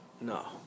No